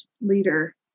leader